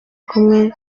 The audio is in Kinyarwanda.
kumwe